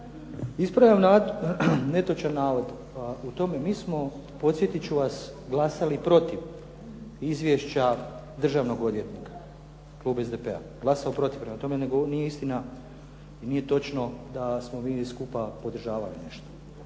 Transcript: Ispravljam netočan navod o tome, mi smo podsjetit ću vas glasali protiv izvješća državnog odvjetnika, klub SDP-a glasovao protiv. Prema tome, nije istina i nije točno da smo mi skupa podržavali nešto.